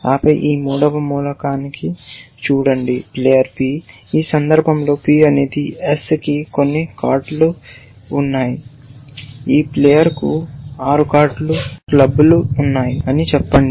ఆపై ఈ మూడవ ఎలిమెంట్ ని చూడండి ప్లేయర్ P ఈ సందర్భంలో P అనేది S కి కొన్ని కార్డులు ఉన్నాయి ఈ ప్లేయర్కు 6 కార్డులు క్లబ్బులు ఉన్నాయని చెప్పండి